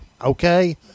okay